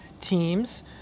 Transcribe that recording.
teams